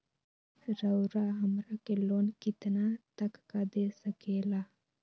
रउरा हमरा के लोन कितना तक का दे सकेला?